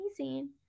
amazing